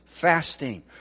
fasting